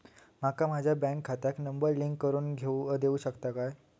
माका माझ्या बँक खात्याक नंबर लिंक करून देऊ शकता काय?